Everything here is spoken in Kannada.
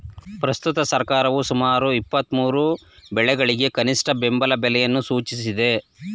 ಪ್ರಸ್ತುತ ಸರ್ಕಾರವು ಸುಮಾರು ಇಪ್ಪತ್ಮೂರು ಬೆಳೆಗಳಿಗೆ ಕನಿಷ್ಠ ಬೆಂಬಲ ಬೆಲೆಯನ್ನು ಸೂಚಿಸಿದೆ